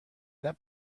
that